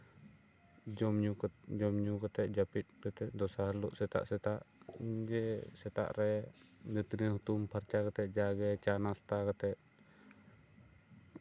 ᱡᱚᱢ ᱧᱩ ᱡᱚᱢ ᱧᱩ ᱠᱟᱛᱮᱜ ᱡᱟᱹᱯᱤᱫ ᱠᱟᱛᱮᱜ ᱫᱚᱥᱟᱨ ᱦᱤᱞᱳᱜ ᱥᱮᱛᱟᱜ ᱥᱮᱛᱟᱜ ᱤᱧ ᱜᱮ ᱥᱮᱛᱟᱜ ᱨᱮ ᱫᱟᱹᱛᱟᱹᱱᱤ ᱦᱩᱛᱩᱢ ᱯᱷᱟᱨᱪᱟ ᱠᱟᱛᱮᱜ ᱡᱟᱜᱮ ᱪᱟ ᱱᱟᱥᱛᱟ ᱠᱟᱛᱮᱜ